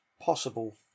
possible